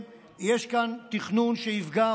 יש כאן תכנון שיפגע,